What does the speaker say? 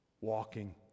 walking